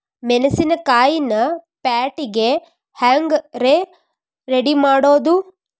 ಮೆಣಸಿನಕಾಯಿನ ಪ್ಯಾಟಿಗೆ ಹ್ಯಾಂಗ್ ರೇ ರೆಡಿಮಾಡೋದು?